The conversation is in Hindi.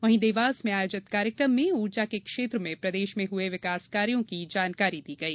वहीं देवास में आयोजित कार्यक्रम में ऊर्जा के क्षेत्र में प्रदेश में हए विकासकार्यों की जानकारी दी गई